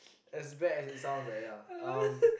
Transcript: as bad as it sounds ah yeah um